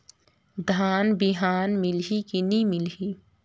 धान बिहान मिलही की नी मिलही?